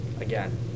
again